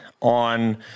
on